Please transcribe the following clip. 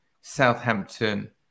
Southampton